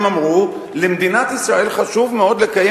והם אמרו למדינת ישראל: חשוב מאוד לקיים